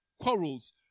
Quarrels